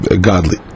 godly